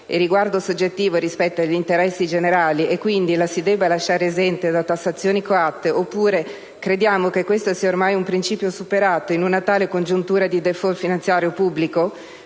e riguardo soggettivo rispetto agli interessi generali, e quindi lo si debba lasciar esente da tassazioni coatte; oppure crediamo che questo sia ormai un principio superato in una tale congiuntura di *default* finanziario pubblico?